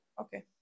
Okay